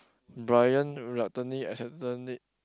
Bryan reluctantly accepted it